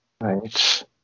Right